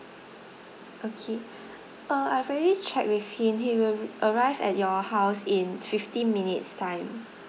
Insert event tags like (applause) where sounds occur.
okay (breath) uh I've already checked with him he will arrive at your house in fifteen minutes time